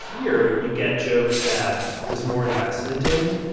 here, you get jokes that there's more investment in.